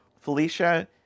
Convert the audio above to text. Felicia